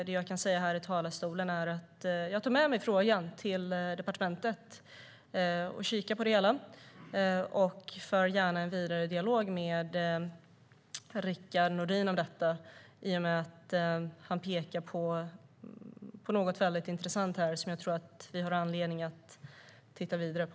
Det jag kan säga här i talarstolen är att jag tar med mig frågan till departementet och kikar på det hela och för gärna en vidare dialog med Rickard Nordin om detta. Han pekar på något väldigt intressant som jag tror att vi har anledning att titta vidare på.